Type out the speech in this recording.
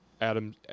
Adam